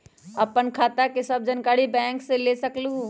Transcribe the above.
आपन खाता के सब जानकारी बैंक से ले सकेलु?